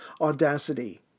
audacity